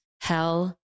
Hell